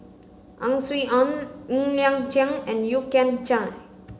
Ang Swee Aun Ng Liang Chiang and Yeo Kian Chai